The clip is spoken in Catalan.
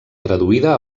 traduïda